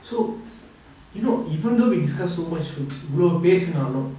so you know even though we discuss so much hopes இவளோ பேசுனாலு:ivalo pesunaalu